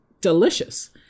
delicious